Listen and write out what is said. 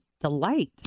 delight